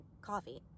coffee